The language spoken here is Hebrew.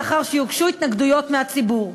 לאחר שיוגשו התנגדויות מהציבור.